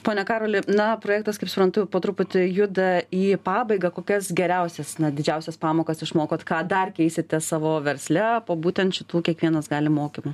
pone karoli na projektas kaip suprantu po truputį juda į pabaigą kokias geriausias didžiausias pamokas išmokot ką dar keisite savo versle po būtent šitų kiekvienas gali mokymų